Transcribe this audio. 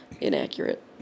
inaccurate